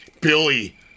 Billy